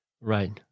Right